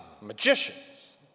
magicians